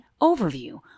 overview